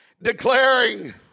Declaring